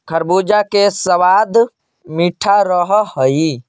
खरबूजा के सबाद मीठा रह हई